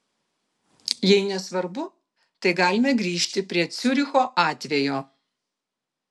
jei nesvarbu tai galime grįžti prie ciuricho atvejo